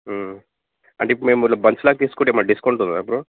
అంటే ఇప్పుడు మేము బల్క్స్ లాగా తీసుకుంటే ఏమన్నా డిస్కౌంట్ ఉందా మాకు